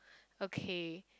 okay